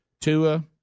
Tua